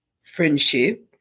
Friendship